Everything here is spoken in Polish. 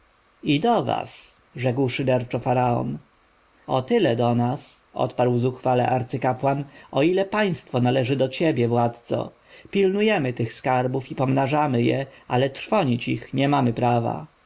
do was rzekł szyderczo faraon o tyle do nas odparł zuchwały arcykapłan o ile państwo należy do ciebie władco pilnujemy tych skarbów i pomnażamy je ale trwonić ich nie mamy prawa